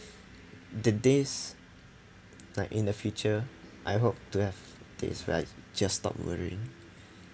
the days like in the future I hope to have days where I just stop worrying